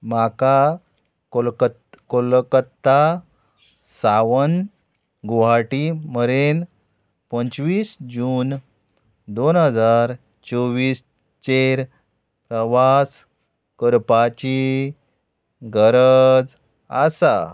म्हाका कोलकत् कोलकत्ता सावन गुहाटी मेरेन पंचवीस जून दोन हजार चोवीस चेर प्रवास करपाची गरज आसा